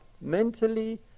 mentally